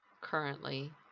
currently